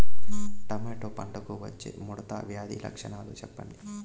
Tomato పంటకు వచ్చే ముడత వ్యాధి లక్షణాలు చెప్పండి?